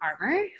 armor